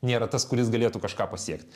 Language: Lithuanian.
nėra tas kuris galėtų kažką pasiekt